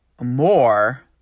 more